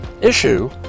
issue